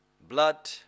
blood